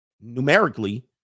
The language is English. numerically